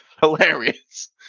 hilarious